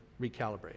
recalibrate